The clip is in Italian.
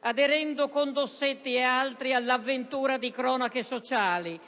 aderendo con Dossetti ed altri all'avventura di «Cronache sociali»,